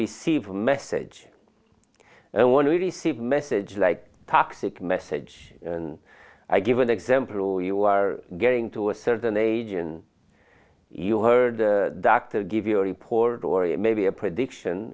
receive a message and want to receive message like toxic message and i give an example you are getting to a certain age and you heard the doctor give you a report or maybe a prediction